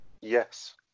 Yes